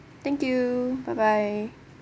thank you bye bye